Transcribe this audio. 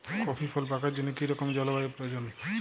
Coffee ফল পাকার জন্য কী রকম জলবায়ু প্রয়োজন?